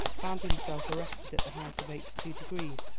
found himself arrested at the height of eighty two degrees,